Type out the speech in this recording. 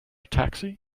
taxi